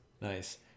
nice